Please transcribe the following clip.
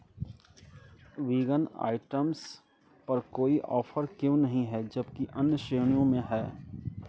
vegan items पर कोई offer क्यों नहीं है जबकि अन्य श्रेणियो में है